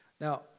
Now